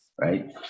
right